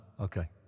okay